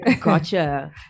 Gotcha